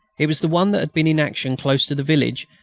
it was the one that had been in action close to the village,